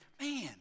man